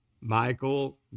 Michael